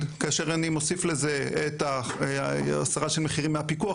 כאשר אני מוסיף לזה את ההסרה של מחירים מהפיקוח,